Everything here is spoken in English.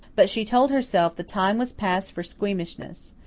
but, she told herself, the time was past for squeamishness.